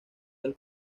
del